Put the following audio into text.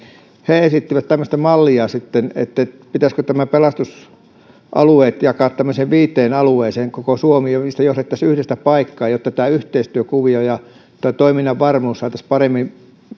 he esittivät tämmöistä mallia sitten että pitäisikö nämä pelastusalueet jakaa viiteen koko suomi viiteen alueeseen niitä johdettaisiin yhdestä paikkaa jotta tämä yhteistyökuvio ja ja toiminnan varmuus saataisiin paremmin